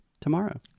tomorrow